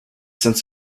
sense